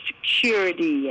security